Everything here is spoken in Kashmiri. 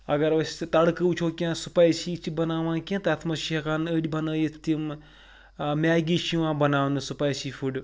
اگر أسۍ تڑکہٕ وٕچھو کینٛہہ سُپایسی چھِ بَناوان کینٛہہ تَتھ منٛز چھِ ہٮ۪کان أڑۍ بَنٲیِتھ تِم میگی چھِ یِوان بَناونہٕ سُپایسی فُڈ